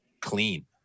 clean